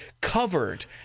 covered